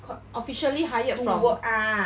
officially hired from